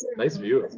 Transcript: nice view!